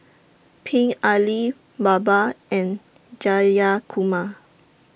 Pingali Baba and Jayakumar